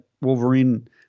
Wolverine